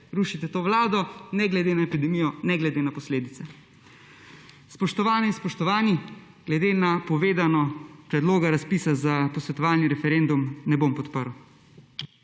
rušite to vlado ne glede na epidemijo ne glede na posledice. Spoštovane in spoštovani, glede na povedano predloga razpisa za posvetovalni referendum ne bom podprl.